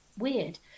Weird